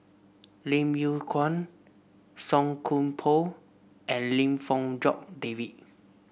Lim Yew Kuan Song Koon Poh and Lim Fong Jock David